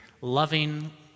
loving